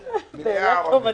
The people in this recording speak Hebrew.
מלאה ערבים.